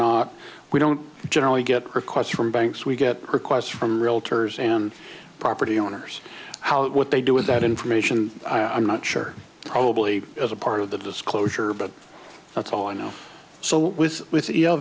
not we don't generally get requests from banks we get requests from realtors and property owners how what they do with that information i'm not sure probably is a part of the disclosure but that's all i know so with